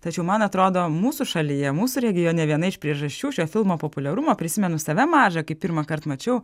tačiau man atrodo mūsų šalyje mūsų regione viena iš priežasčių šio filmo populiarumo prisimenu save mažą kai pirmąkart mačiau